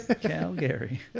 calgary